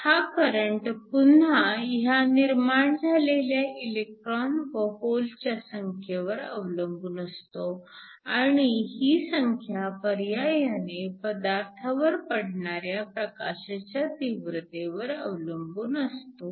हा करंट पुन्हा ह्या निर्माण झालेल्या इलेकट्रोन्स व होलच्या संख्येवर अवलंबून असतो आणि ही संख्या पर्यायाने पदार्थावर पडणाऱ्या प्रकाशाच्या तीव्रतेवर अवलंबून असतो